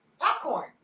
popcorn